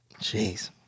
Jeez